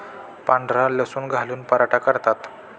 पांढरा लसूण घालून पराठा करतात